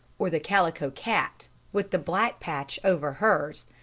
or the calico cat, with the black patch over hers?